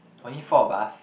twenty four of us